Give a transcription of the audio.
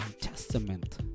testament